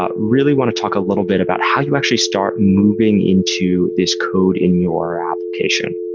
ah really want to talk a little bit about how you actually start moving into this code in your application.